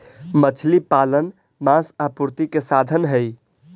मछली पालन मांस आपूर्ति के साधन हई